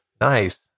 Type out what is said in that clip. Nice